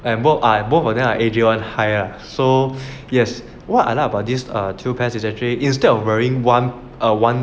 and both are both of them are A_J one hype lah so yes what I like about this err two pairs is actually instead of wearing err one ah one one